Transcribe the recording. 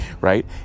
right